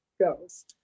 goes